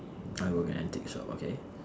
I work an antique shop okay